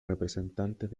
representantes